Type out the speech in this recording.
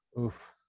Oof